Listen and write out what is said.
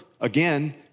again